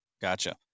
gotcha